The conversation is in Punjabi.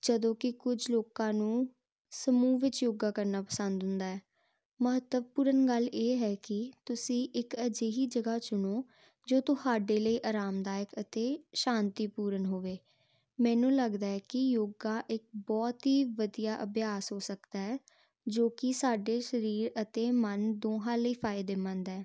ਜਦੋਂ ਕਿ ਕੁਝ ਲੋਕਾਂ ਨੂੰ ਸਮੂਹ ਵਿੱਚ ਯੋਗਾ ਕਰਨਾ ਪਸੰਦ ਹੁੰਦਾ ਹੈ ਮਹੱਤਵਪੂਰਨ ਗੱਲ ਇਹ ਹੈ ਕਿ ਤੁਸੀਂ ਇੱਕ ਅਜਿਹੀ ਜਗ੍ਹਾ ਚੁਣੋ ਜੋ ਤੁਹਾਡੇ ਲਈ ਆਰਾਮਦਾਇਕ ਅਤੇ ਸ਼ਾਂਤੀਪੂਰਨ ਹੋਵੇ ਮੈਨੂੰ ਲੱਗਦਾ ਕਿ ਯੋਗਾ ਇੱਕ ਬਹੁਤ ਹੀ ਵਧੀਆ ਅਭਿਆਸ ਹੋ ਸਕਦਾ ਜੋ ਕਿ ਸਾਡੇ ਸਰੀਰ ਅਤੇ ਮਨ ਦੋਹਾਂ ਲਈ ਫਾਇਦੇਮੰਦ ਹੈ